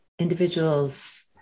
individual's